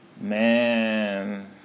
Man